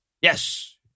Yes